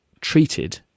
treated